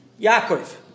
Yaakov